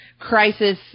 crisis